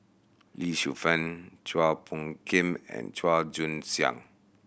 Lee Shu Fen Chua Phung Kim and Chua Joon Siang